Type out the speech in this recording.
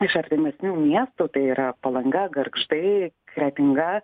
iš artimesnių miestų tai yra palanga gargždai kretinga